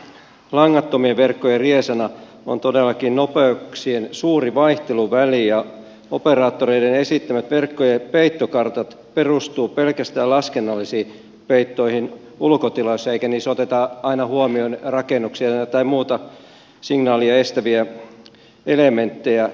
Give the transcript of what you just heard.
langattomien verkkojen riesana on todellakin nopeuksien suuri vaihteluväli ja operaattoreiden esittämät verkkojen peittokartat perustuvat pelkästään laskennallisiin peittoihin ulkotilassa eikä niissä oteta aina huomioon rakennuksia tai muita signaalia estäviä elementtejä